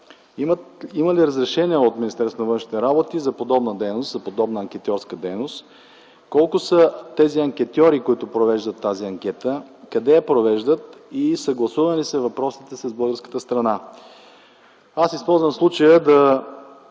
на външните работи за подобна анкетьорска дейност, колко са тези анкетьори, които провеждат тази анкета, къде я провеждат и съгласувани ли са въпросите с българската страна? Аз използвам случая да